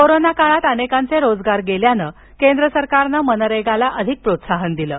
corona काळातअनेकांचे रोजगार गेल्यानं केंद्र सरकारनं मनरेगाला अधिक प्रोत्साहन दिलं आहे